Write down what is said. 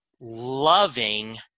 loving